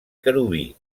querubí